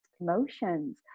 emotions